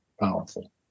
powerful